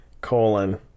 colon